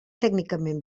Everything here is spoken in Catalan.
tècnicament